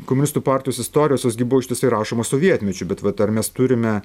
komunistų partijos istorijos jos gi buvo ištisai rašomos sovietmečiu bet vat ar mes turime